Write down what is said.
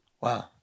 Wow